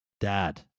Dad